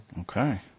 Okay